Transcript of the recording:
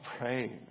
pray